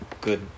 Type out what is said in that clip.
good